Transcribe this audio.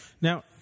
Now